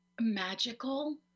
magical